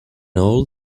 old